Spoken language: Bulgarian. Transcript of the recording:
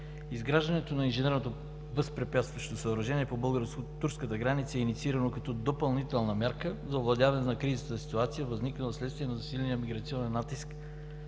Изграждането на Инженерното възпрепятстващо съоръжение по българо-турската граница е инициирано като допълнителна мярка за овладяване на кризисната ситуация, възникнала вследствие на засиления миграционен натиск